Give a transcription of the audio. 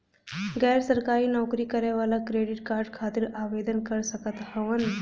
गैर सरकारी नौकरी करें वाला क्रेडिट कार्ड खातिर आवेदन कर सकत हवन?